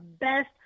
best